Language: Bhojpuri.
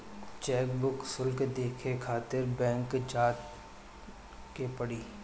चेकबुक शुल्क देखे खातिर बैंक जाए के पड़ी